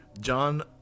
John